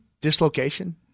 dislocation